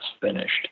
finished